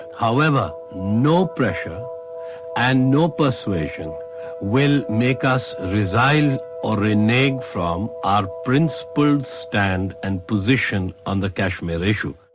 however, no pressure and no persuasion will make us resign or renege from our principal stand and position on the kashmir issue.